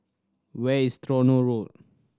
where is Tronoh Road